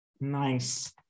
Nice